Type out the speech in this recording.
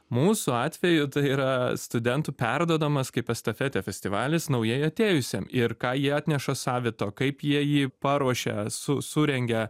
mūsų atveju tai yra studentų perduodamas kaip estafetė festivalis naujai atėjusiam ir ką jie atneša savito kaip jie jį paruošė su surengia